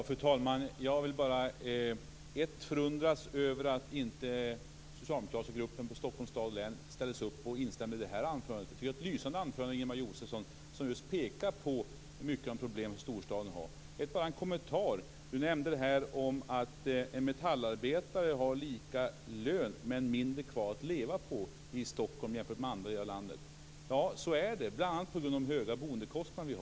Fru talman! Jag vill först bara förundras över att inte den socialdemokratiska gruppen från Stockholms stad och län ställer sig upp och instämmer i det här anförandet. Jag tycker att det var lysande anförande av Ingemar Josefsson, som just pekar på många av de problem som storstaden har. Sedan har jag en kommentar. Ingemar Josefsson nämnde att en metallarbetare har lika lön men mindre kvar att leva på i Stockholm än i andra delar av landet. Ja, så är det, bl.a. på grund av de höga boendekostnaderna.